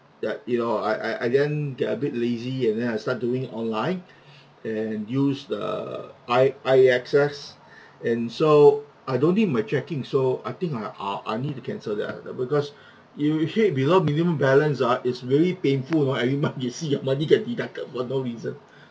that you know I I I then get a bit lazy and then I start doing online and use the I I A_X_S and so I don't need my chequing so I think I uh I need to cancel that uh because if you hit below minimum balance ah it's very painful you know every month you see your money get deducted for no reason